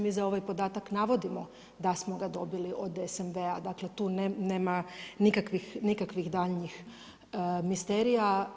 Mi za ovaj podatak navodimo da smo ga dobili od SNB-a, dakle tu nema nikakvih daljnjih misterija.